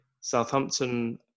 Southampton